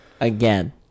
again